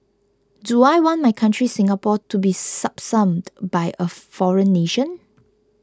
do I want my country Singapore to be subsumed by a foreign nation